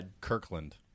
Kirkland